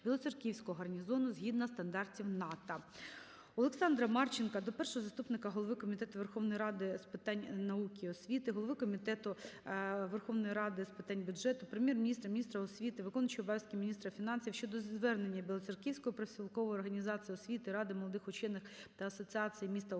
Білоцерківського гарнізону згідно стандартів НАТО. Олександра Марченка до першого заступника голови Комітету Верховної Ради з питань науки і освіти, голови Комітету Верховної Ради з питань бюджету, Прем'єр-міністра, міністра освіти, виконувача обов'язків міністра фінансів щодо звернення Білоцерківської профспілкової організації освіти, Ради молодих учених та Асоціації міст України,